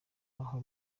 aho